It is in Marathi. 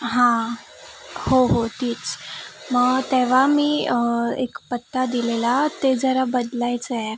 हां हो हो तीच मग तेव्हा मी एक पत्ता दिलेला ते जरा बदलायचा आहे